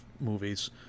movies